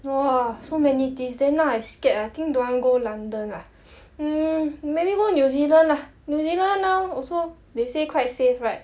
!wah! so many days then now I scared I think don't want go london ah mmhmm maybe more new zealand ah new zealand now also they say quite safe right